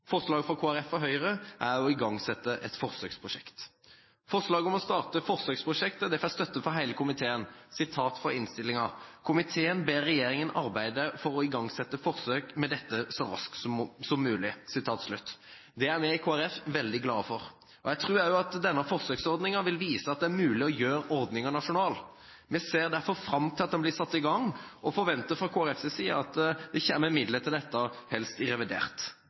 Forslaget fra Kristelig Folkeparti og Høyre er å igangsette et forsøksprosjekt. Forslaget om å starte forsøksprosjektet får støtte fra hele komiteen: «Komiteen ber regjeringen arbeide for å igangsette forsøk med dette så raskt som mulig.» Det er vi i Kristelig Folkeparti veldig glade for. Jeg tror også at denne forsøksordningen vil vise at det er mulig å gjøre ordningen nasjonal. Vi ser derfor fram til at den blir satt i gang, og forventer fra Kristelig Folkepartis side at det kommer midler til dette, helst i revidert.